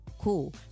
Cool